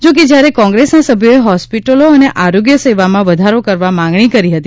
જો કે જ્યારે કોંગ્રેસના સભ્યોએ હોસ્પિટલો અને આરોગ્ય સેવામાં વધારો કરવા માગણી કરી હતી